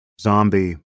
zombie